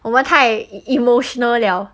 我们太 emotional liao